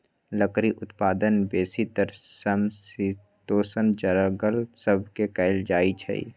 लकड़ी उत्पादन बेसीतर समशीतोष्ण जङगल सभ से कएल जाइ छइ